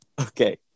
Okay